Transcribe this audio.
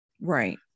right